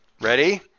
Ready